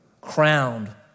crowned